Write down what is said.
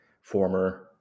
former